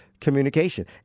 communication